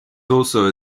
also